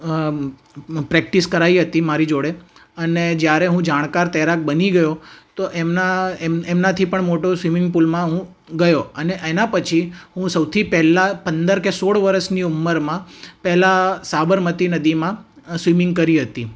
practice કરાવી હતી મારી જોડે અને જયારે હું જાણકાર તૈરાક બની ગયો તો એમના એમનાથી પણ મોટો સ્વિમિંગ પુલમાં હું ગયો અને એના પછી હું સૌથી પહેલાં પંદર કે સોળ વરસની ઉંમરમાં પહેલાં સાબરમતી નદીમાં સ્વિમિંગ કરી હતી